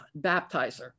Baptizer